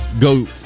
go